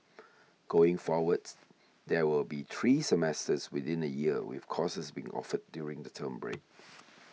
going forwards there will be three semesters within a year with courses being offered during the term break